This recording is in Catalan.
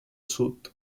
sud